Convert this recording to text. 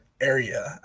area